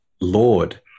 Lord